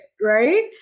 right